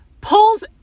pulls